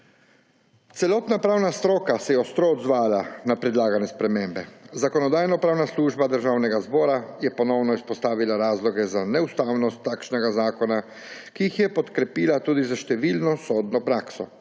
Celotna pravna stroka se je ostro odzvala na predlagane spremembe. Zakonodajno-pravna služba Državnega zbora je ponovno izpostavila razloge za neustavnost takšnega zakona, ki jih je podkrepila tudi s številno sodno prakso.